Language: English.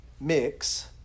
mix